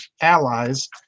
allies